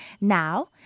Now